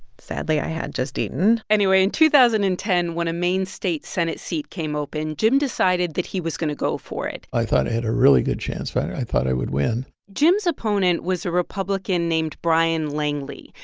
sadly, i had just eaten anyway, in two thousand and ten, when a maine state senate seat came open, jim decided that he was going to go for it i thought i had a really good chance. and i thought i would win jim's opponent was a republican named brian langley.